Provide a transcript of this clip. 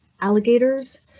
alligators